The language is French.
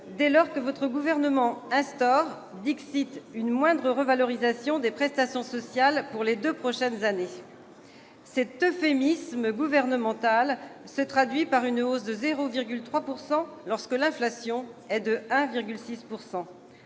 dès lors que votre gouvernement instaure « une moindre revalorisation des prestations sociales pour les deux prochaines années ». Cet euphémisme gouvernemental se traduit par une hausse de 0,3 % lorsque l'inflation est à 1,6 %.